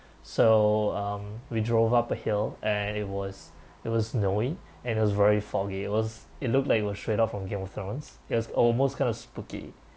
so um we drove up a hill and it was it was snowy and it was very foggy it was it looked like it was straight up from game of thrones is almost kind of spooky